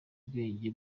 ubwenge